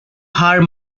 her